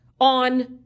on